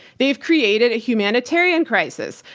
they've created a humanitarian crisis.